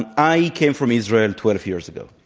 and i came from israel twelve years ago,